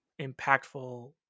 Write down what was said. impactful